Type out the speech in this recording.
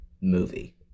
movie